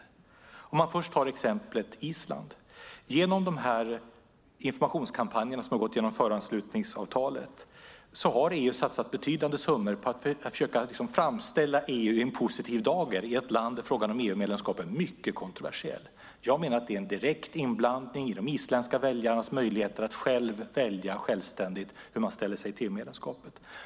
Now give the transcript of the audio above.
Jag tar först exemplet Island. Genom de informationskampanjer som har gått genom föranslutningsavtalet har EU satsat betydande summor på att försöka framställa EU i en positiv dager i ett land där frågan om EU-medlemskap är mycket kontroversiell. Jag menar att det är en direkt inblandning i de isländska väljarnas möjligheter att självständigt välja hur de ställer sig till medlemskapet.